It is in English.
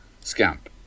Scamp